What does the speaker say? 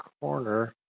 corner